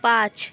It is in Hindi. पांच